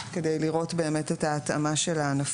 כדי לראות את ההתאמה של הענפים.